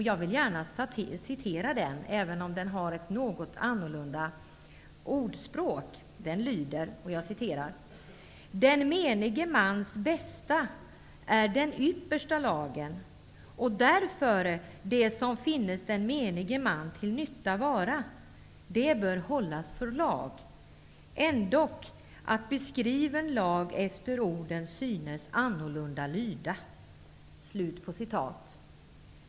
Jag vill gärna citera den även om språket är något annorlunda: ''Den menige mans bästa är den yppersta lagen, och därföre det som finnes den menige man till nytta vara, det bör hållas för lag, ändock att beskriven lag efter orden synes annorlunda lyda.''